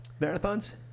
marathons